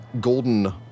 Golden